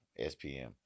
SPM